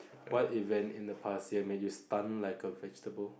what event in the past have made you stunned like a vegetable